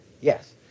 Yes